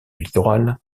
littoral